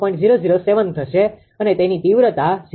007 થશે અને તેની તીવ્રતા 0